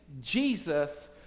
Jesus